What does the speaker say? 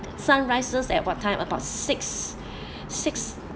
sunrises at what time about six six